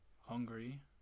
Hungary